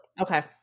Okay